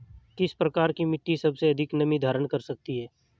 किस प्रकार की मिट्टी सबसे अधिक नमी धारण कर सकती है?